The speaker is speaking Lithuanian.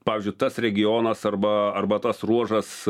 pavyzdžiui tas regionas arba arba tas ruožas